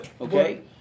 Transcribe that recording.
Okay